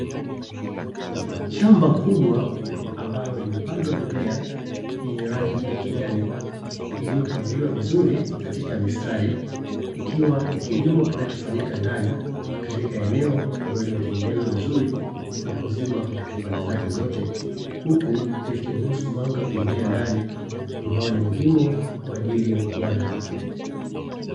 Shamba kubwa ambalo limepandwa mimea yenye rangi ya kijani liliyopangiliwa vizuri, katika mistari ikiwa ni kilimo kinachofanyika ndani, katika eneo ambalo limetengenezwa vizuri, na kuzibwa katika pande zake zote. Huku likiruhusu mwanga kuingia ndani, ambao ni muhimu kwa ajili ya ukuaji.